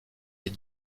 les